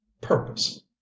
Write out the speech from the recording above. purpose